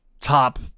top